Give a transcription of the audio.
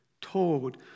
told